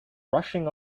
rushing